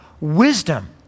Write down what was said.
wisdom